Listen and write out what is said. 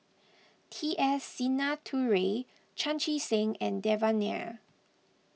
T S Sinnathuray Chan Chee Seng and Devan Nair